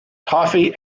toffee